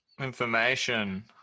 information